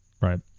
Right